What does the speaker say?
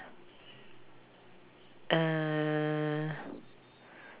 mm